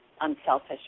unselfish